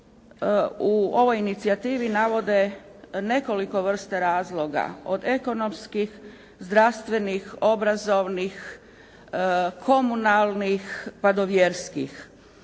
u ovoj inicijativi navode nekoliko vrsta razloga, od ekonomskih, zdravstvenih, obrazovnih, komunalnih pa do vjerskih.